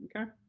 Okay